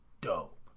dope